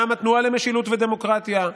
גם התנועה למשילות ודמוקרטיה.